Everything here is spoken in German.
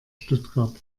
stuttgart